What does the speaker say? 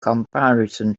comparison